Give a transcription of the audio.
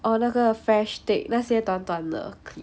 oh 那个 fresh take 那些短短的 clip